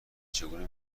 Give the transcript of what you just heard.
چگونه